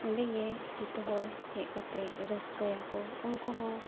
ᱚᱸᱰᱮᱜᱮ ᱡᱚᱛᱚ ᱦᱚᱲ ᱦᱮᱡ ᱠᱟᱛᱮᱫ ᱨᱟᱹᱥᱠᱟᱹᱭᱟᱠᱚ ᱩᱱᱠᱩᱦᱚᱸ